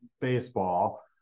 baseball